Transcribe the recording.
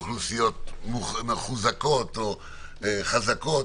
מאוכלוסיות חזקות,